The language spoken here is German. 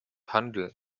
handel